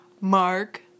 Mark